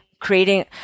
creating